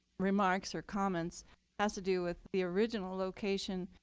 remarks or comments has to do with the original location.